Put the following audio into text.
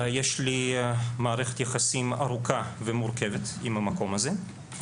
יש לי מערכת יחסים ארוכה ומורכבת עם המקום הזה.